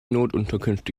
notunterkünfte